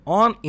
on